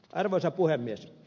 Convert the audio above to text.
arvoisa puhemies